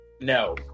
No